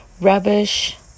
rubbish